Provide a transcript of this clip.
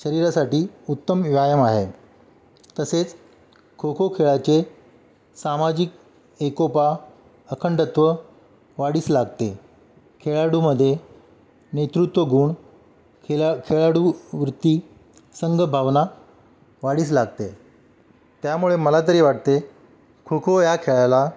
शरीरासाठी उत्तम व्यायाम आहे तसेच खोखो खेळाचे सामाजिक एकोपा अखंडत्व वाढीस लागते खेळाडूमधे नेतृत्व गुण खिला खेळाडू वृत्ती संघभावना वाढीच लागते त्यामुळे मला तरी वाटते खोखो या खेळाला